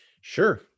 sure